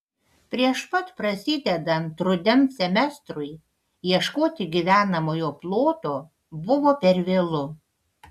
prieš pat prasidedant rudens semestrui ieškoti gyvenamojo ploto buvo per vėlu